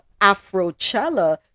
Afrocella